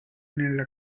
nella